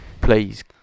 Please